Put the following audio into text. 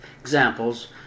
examples